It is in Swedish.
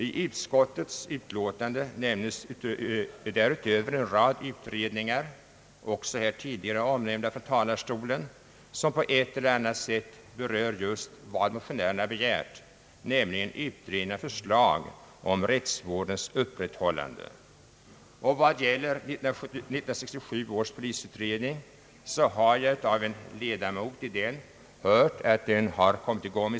I utskottets utlåtande nämnes därutöver en rad utredningar, också tidigare omnämnda från denna talarstol, som på ett eller annat sätt just berör vad motionärerna begärt, nämligen utredning och förslag om rättsvårdens upprätthållande. Vad det gäller 1967 års polisutredning har jag av en ledamot i den hört att arbetet nu kommit i gång.